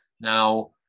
Now